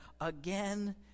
Again